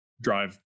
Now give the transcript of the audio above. drive